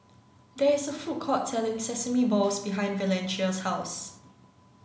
there's a food court selling sesame balls behind Valencia's house